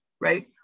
right